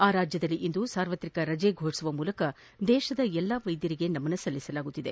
ಆ ರಾಜ್ಯದಲ್ಲಿ ಇಂದು ಸಾರ್ವತ್ರಿಕ ರಜೆ ಫೋಷಿಸುವ ಮೂಲಕ ದೇಶದ ಎಲ್ಲಾ ವೈದ್ಯರಿಗೆ ನಮನ ಸಲ್ಲಿಸಲಾಗುತ್ತಿದೆ